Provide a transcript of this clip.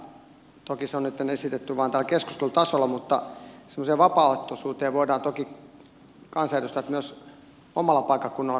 toki se on nyt esitetty vaan täällä keskustelutasolla mutta semmoiseen vapaaehtoisuuteen voidaan toki kansanedustajat myös omalla paikkakunnallaan kannustaa